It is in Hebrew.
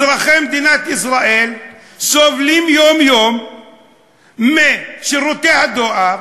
אזרחי מדינת ישראל סובלים יום-יום משירותי הדואר